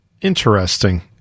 Interesting